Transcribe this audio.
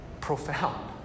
profound